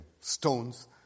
stones